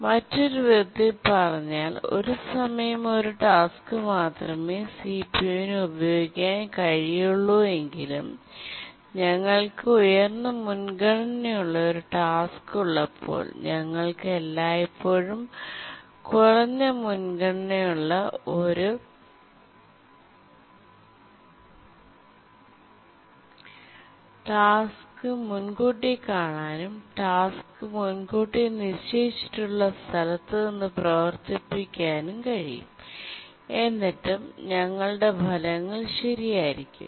മറ്റൊരു വിധത്തിൽ പറഞ്ഞാൽ ഒരു സമയം ഒരു ടാസ്ക് മാത്രമേ സിപിയുവിന് ഉപയോഗിക്കാൻ കഴിയുകയുള്ളൂവെങ്കിലും ഞങ്ങൾക്ക് ഉയർന്ന മുൻഗണനയുള്ള ഒരു ടാസ്ക് ഉള്ളപ്പോൾ ഞങ്ങൾക്ക് എല്ലായ്പ്പോഴും കുറഞ്ഞ മുൻഗണനയുള്ള ഒരു ടാസ്ക് മുൻകൂട്ടി കാണാനും ടാസ്ക് മുൻകൂട്ടി നിശ്ചയിച്ചിട്ടുള്ള സ്ഥലത്ത് നിന്ന് പ്രവർത്തിപ്പിക്കാനും കഴിയും എന്നിട്ടും ഞങ്ങളുടെ ഫലങ്ങൾ ശരിയായിരിക്കും